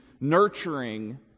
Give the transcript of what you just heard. nurturing